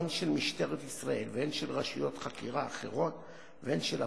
הן של משטרת ישראל ושל רשויות חקירה אחרות והן של הפרקליטות,